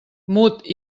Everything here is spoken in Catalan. mut